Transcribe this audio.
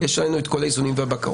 יש לנו את כל האיזונים והבקרות.